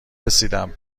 رسیدم